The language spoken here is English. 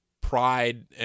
pride